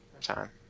time